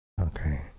Okay